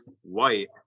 white